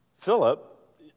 Philip